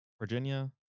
virginia